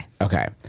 Okay